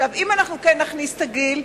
אם כן נכניס את הגיל,